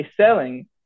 selling